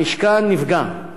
המשכן נפגם.